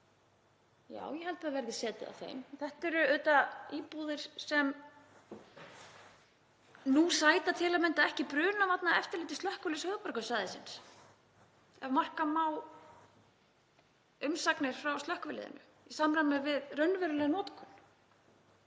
já, ég held að það verði setið á þeim. Þetta eru íbúðir sem nú sæta til að mynda ekki brunavarnaeftirliti Slökkviliðs höfuðborgarsvæðisins, ef marka má umsagnir frá slökkviliðinu, í samræmi við raunverulega notkun.